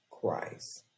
Christ